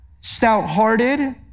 stout-hearted